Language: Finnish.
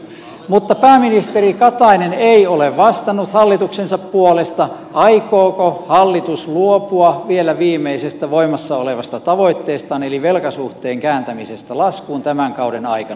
mutta pääministeri katainen ei ole vastannut hallituksensa puolesta aikooko hallitus luopua vielä viimeisestä voimassa olevasta tavoitteestaan eli velkasuhteen kääntämisestä laskuun tämän kauden aikana